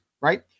right